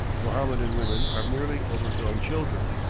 mohammedan women are merely overgrown children,